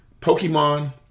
Pokemon